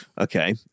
Okay